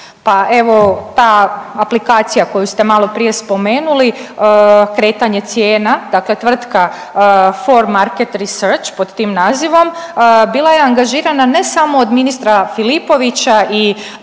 pa evo ta aplikacija koju ste maloprije spomenuli kretanje cijena, dakle tvrtka „4 Market Research“ pod tim nazivom bila je angažirana ne samo od ministra Filipovića i